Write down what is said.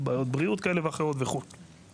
בעיות בריאות כאלה ואחרות וכו'.